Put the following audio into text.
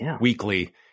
weekly